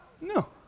No